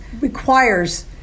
requires